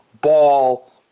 Ball